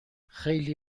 خیلی